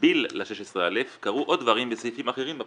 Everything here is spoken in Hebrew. במקביל ל-16א קרו עוד דברים בסעיפים אחרים בפקודה.